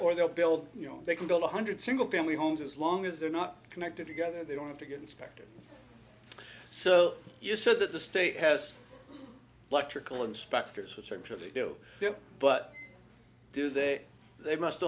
or they'll build you know they can build one hundred single family homes as long as they're not connected together they don't have to get inspected so you said that the state has electrical inspectors which i'm sure they do but do they they must